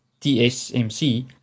TSMC